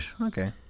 okay